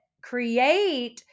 create